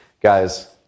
guys